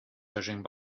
judging